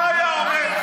מה היה אומר,